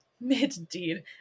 Mid-deed